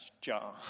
jar